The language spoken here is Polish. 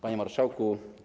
Panie Marszałku!